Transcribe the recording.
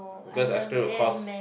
because ice cream will cost